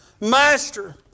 Master